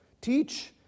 teach